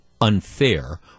unfair